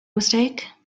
mistake